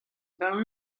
daou